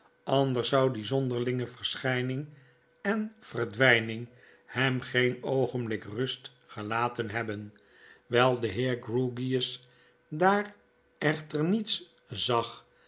anders zou die zonderlinge verschjjning en verdwgning hem geen oogenblik rust gelaten hebben wijl de heer grewgious daar echter niets zag